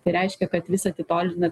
tai reiškia kad vis atitolina